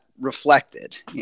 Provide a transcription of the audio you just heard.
reflected